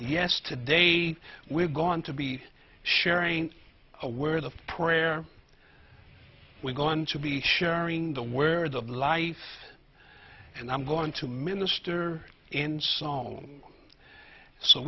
yes today we're going to be sharing a word of prayer we're going to be sharing the words of life and i'm going to minister in song so